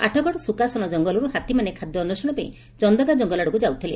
ଆଠଗଡ ସୁକାଶନ ଜଙ୍ଗଲରୁ ହାତୀମାନେ ଖାଦ୍ୟ ଅନ୍ୱେଷଣ ପାଇଁ ଚନ୍ଦକା ଜଙ୍ଗଲ ଆଡକୁ ଯାଉଥିଲେ